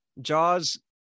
Jaws